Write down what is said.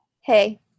Hey